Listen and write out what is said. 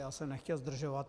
Já jsem nechtěl zdržovat.